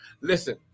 Listen